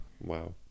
Wow